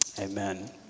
amen